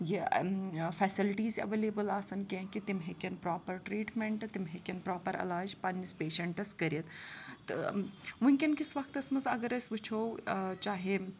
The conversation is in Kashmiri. یہِ فٮ۪سَلٹیٖز اٮ۪وٮ۪لیبٕل آسان کیٚنٛہہ کہِ تِم ہٮ۪کَن پرٛاپَر ٹرٛیٖٹمٮ۪نٛٹ تِم ہٮ۪کَن پرٛاپَر علاج پنٛنِس پیشَنٛٹَس کٔرِتھ تہٕ وٕنۍکٮ۪ن کِس وقتَس منٛز اگر أسۍ وٕچھو چاہے